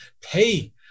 pay